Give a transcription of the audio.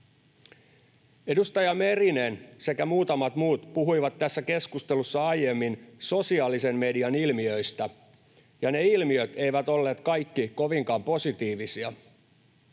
Edustaja Merinen sekä muutamat muut puhuivat tässä keskustelussa aiemmin sosiaalisen median ilmiöistä, ja ne ilmiöt eivät olleet kaikki kovinkaan positiivisia